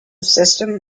system